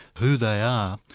who they are,